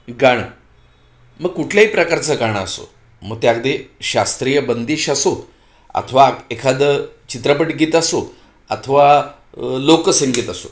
गाणं मग कुठल्याही प्रकारचं गाणं असो मग ते अगदी शास्त्रीय बंदीश असो अथवा एखादं चित्रपटगीत असो अथवा लोकसंगीत असो